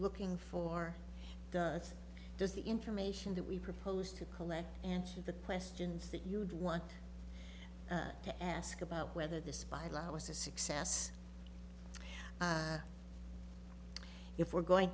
looking for does does the information that we proposed to collect and the questions that you would want to ask about whether this by law was a success if we're going